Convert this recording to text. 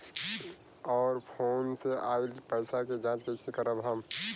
और फोन से आईल पैसा के जांच कैसे करब हम?